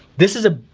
this is a